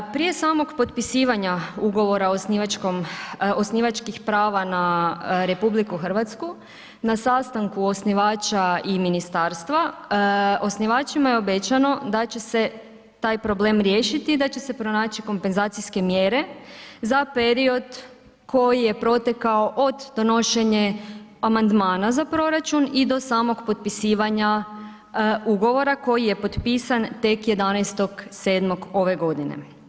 Prije samog potpisivanja ugovora o osnivačkom, osnivačkih prava na RH, na sastanku osnivača i ministarstva, osnivačima je obećano da će se taj problem riješiti i da će se pronaći kompenzacije mjere za period koji je protekao od donošenje amandmana za proračun i do samog potpisivanja ugovora koji je potpisan tek 11.7. ove godine.